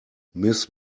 mrs